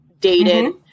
dated